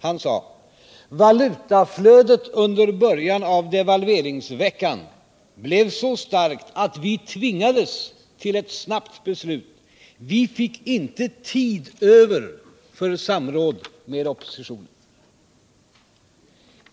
Han sade: Valutaflödet under början av devalveringsveckan blev så starkt att vi tvingades till ett snabbt beslut. Vi fick inte tid över för samråd med oppositionen.